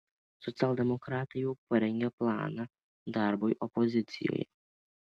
socialdemokratai jau parengė planą darbui opozicijoje